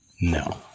No